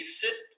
sit